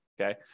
okay